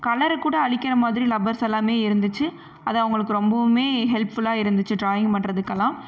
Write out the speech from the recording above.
கலரை கூட அழிக்கிற மாதிரி லப்பர்ஸ் எல்லாமே இருந்துச்சு அது அவங்களுக்கு ரொம்பவுமே ஹெல்ப்ஃபுல்லாக இருந்துச்சு ட்ராயிங் பண்ணுறதுக்கெல்லாம்